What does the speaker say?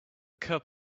cup